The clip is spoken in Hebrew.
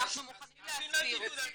אנחנו מוכנים להסביר.